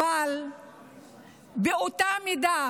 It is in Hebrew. אבל באותה מידה